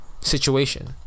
situation